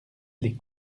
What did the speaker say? les